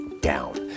down